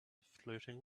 flirting